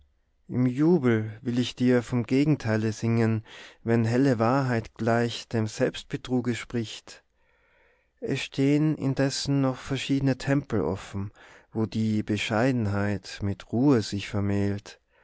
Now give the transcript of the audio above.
im jubel will ich dir vom gegenteile singen wenn helle wahrheit gleich dem selbstbetruge spricht es stehn indessen noch verschiedne tempel offen wo die bescheidenheit mit ruhe sich vermählt